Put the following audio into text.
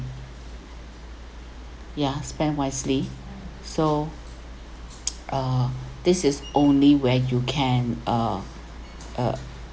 ya spend wisely so uh this is only way you can uh uh